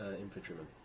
infantrymen